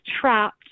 trapped